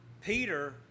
peter